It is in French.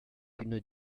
une